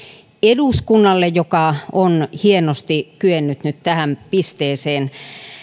eduskunnalle joka on hienosti kyennyt nyt tähän pisteeseen